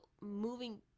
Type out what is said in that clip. moving